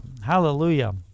hallelujah